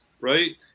right